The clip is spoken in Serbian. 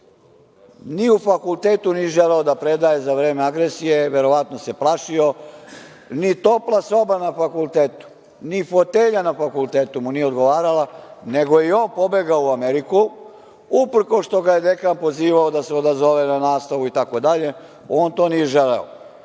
ni u fakultetu nije želeo da predaje i za vreme agresije verovatno se plašio, ni topla soba na fakultetu, ni fotelja na fakultetu mu nije odgovarala, nego je i on pobegao u Ameriku, uprkos što ga je dekan pozivao da se odazove na nastavu itd, on to nije želeo.